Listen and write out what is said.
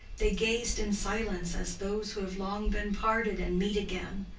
they gazed in silence as those who have long been parted and meet again,